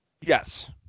Yes